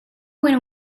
went